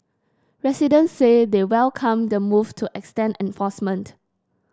residents say they welcome the move to extend enforcement